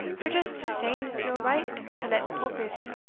are just saying it's no right to let popists,